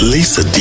Lisa